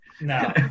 No